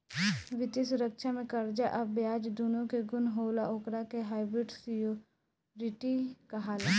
वित्तीय सुरक्षा में कर्जा आ ब्याज दूनो के गुण होला ओकरा के हाइब्रिड सिक्योरिटी कहाला